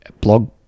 blog